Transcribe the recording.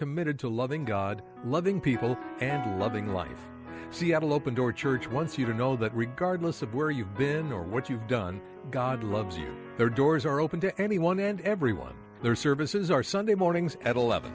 committed to loving god loving people and loving life seattle open door church once you do know that regardless of where you've been or what you've done god loves you there doors are open to anyone and everyone their services are sunday mornings at eleven